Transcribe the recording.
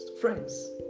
Friends